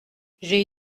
j’ai